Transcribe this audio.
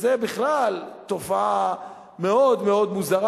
שזה בכלל תופעה מאוד מאוד מוזרה.